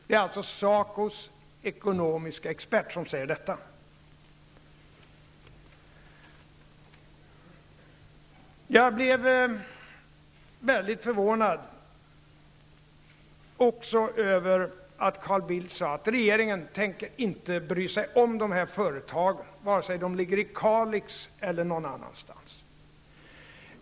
Det är alltså SACOs ekonomiske expert som säger detta. Jag blev också väldigt förvånad över att Carl Bildt sade att regeringen inte tänker bry sig om nedläggningshotade företag, vare sig de ligger i Kalix eller någon annanstans.